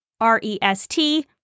R-E-S-T